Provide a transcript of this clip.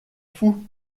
fous